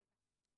תודה.